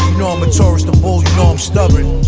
know i'm a taurus, the bull, you know i'm stubborn,